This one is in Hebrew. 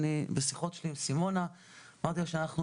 בשיחות שלי עם סימונה אמרתי לה שאנחנו